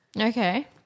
Okay